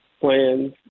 plans